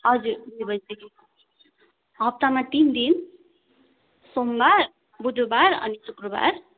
हजुर हप्तामा तिन दिन सोमवार बुधवार अनि शुक्रवार